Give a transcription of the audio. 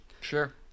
sure